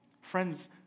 Friends